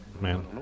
man